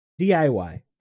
DIY